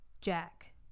Jack